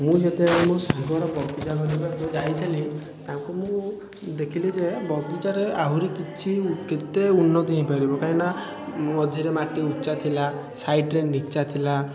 ମୁଁ ଯେତେବେଳେ ମୋ ସାଙ୍ଗର ବଗିଚା ଘରକୁ ଯେଉଁ ଯାଇଥିଲି ତାଙ୍କୁ ମୁଁ ଦେଖିଲି ଯେ ବଗିଚାରେ ଆହୁରି କିଛି କେତେ ଉନ୍ନତି ହେଇପାରିବ କାହିଁକିନା ମଝିରେ ମାଟି ଉଚା ଥିଲା ସାଇଟ୍ରେ ନୀଚା ଥିଲା